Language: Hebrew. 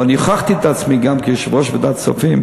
ואני הוכחתי את עצמי כיושב-ראש ועדת כספים